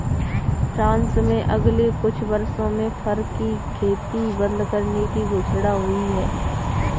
France में अगले कुछ वर्षों में फर की खेती बंद करने की घोषणा हुई है